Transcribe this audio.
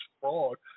fraud